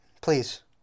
please